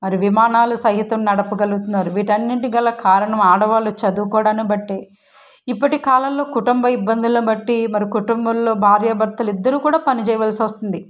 మరి విమానాలు సైతం నడపగలుగుతున్నారు వీటి అన్నింటికి గల కారణం ఆడవాళ్ళు చదువుకోవడాన్ని బట్టి ఇప్పటి కాలంలో కుటుంబ ఇబ్బందులను బట్టి మరి కుటుంబంలో భార్య భర్తలు ఇద్దరు కూడా పనిచేయవలసి వస్తుంది